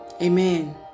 amen